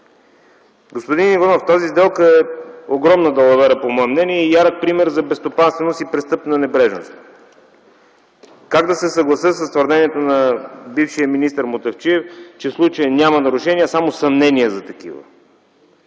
Господин Иванов, тази сделка е огромна далавера по мое мнение и ярък пример за безстопанственост и престъпна небрежност. Как да се съглася с твърденията на бившия министър Мутафчиев, че в случая няма нарушения, а само съмнения за такива?